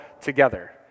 together